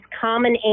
common